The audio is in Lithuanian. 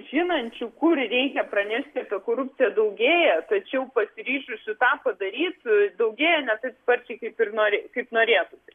žinančių kur reikia pranešti apie korupciją daugėja tačiau pasiryžusių tą padaryt daugėja ne taip sparčiai kaip ir nori kaip norėtųsi